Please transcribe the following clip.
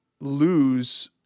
lose